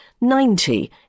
ninety